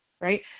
right